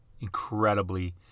Incredibly